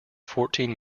fourteen